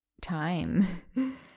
time